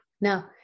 Now